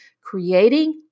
Creating